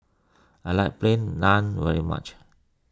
I like Plain Naan very much